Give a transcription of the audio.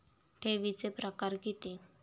ठेवीचे प्रकार किती?